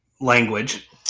language